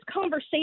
conversation